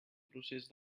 procés